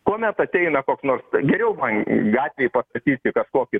kuomet ateina koks nors tai geriau va gatvėj pastatyt ir kokį